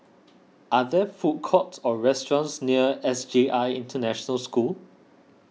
are there food courts or restaurants near S J I International School